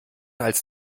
als